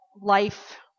life